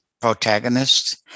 protagonist